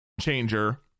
changer